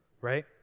right